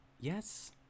Yes